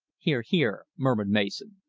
hear, hear! murmured mason.